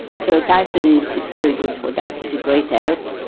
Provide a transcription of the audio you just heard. so tyson is is very good for that, he's a great help.